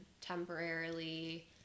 temporarily